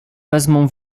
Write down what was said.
wezmą